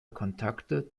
kontakte